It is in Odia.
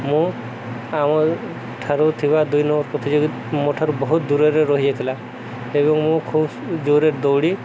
ମୁଁ ଆମଠାରୁ ଥିବା ଦୁଇ ନମ୍ୱର ପ୍ରତିଯୋଗୀ ମୋ ଠାରୁ ବହୁତ ଦୂରରେ ରହିଯାଇଅଥିଲା ଏବଂ ମୁଁ ଖୁବ ଜୋରରେ ଦୌଡ଼ି